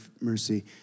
mercy